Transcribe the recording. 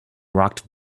rocked